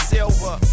Silver